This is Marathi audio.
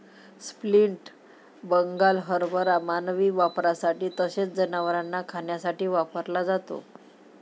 स्प्लिट बंगाल हरभरा मानवी वापरासाठी तसेच जनावरांना खाण्यासाठी वापरला जातो